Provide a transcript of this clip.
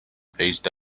phased